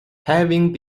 having